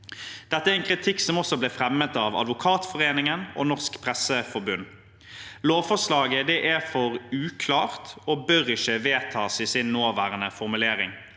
Dette er en kritikk som også ble fremmet av Advokatforeningen og Norsk Presseforbund. Lovforslaget er for uklart og bør ikke vedtas i sin nåværende formulering.